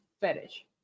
fetish